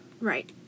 Right